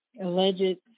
alleged